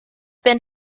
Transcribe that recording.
been